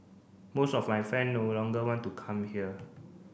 most of my friend no longer want to come here